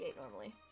normally